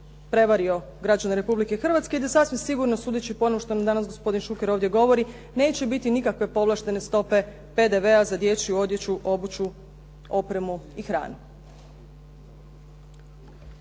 prevario građane Republike Hrvatske i da sasvim sigurno sudeći po onom što nam danas gospodin Šuker ovdje govori neće biti nikakve povlaštene stope PDV-a za dječju odjeću, opremu i hranu.